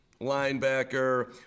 linebacker